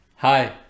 Hi